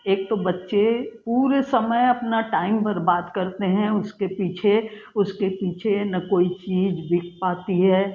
एक तो बच्चे पूरे समय अपना टाइम बर्बाद करते हैं उसके पीछे उसके पीछे ना कोई चीज बिक पाती है